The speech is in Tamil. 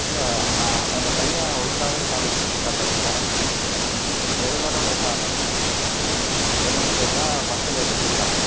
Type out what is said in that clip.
இல்லை நான் உங்கள் பையன் ஒழுங்காவே காலேஜ் வர்றதில்லை ரெகுலரா லேட்டாக வர்றாப்புல என்னென்னு கேட்டால் பஸ்ஸு லேட்டுன்னு சொல்கிறாங்க